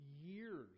years